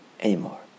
anymore